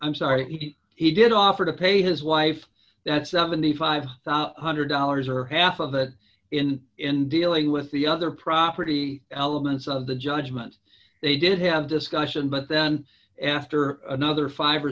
i'm sorry he did offer to pay his wife that seven thousand five hundred dollars or half of it in in dealing with the other property elements of the judgment they did have discussion but then after another five or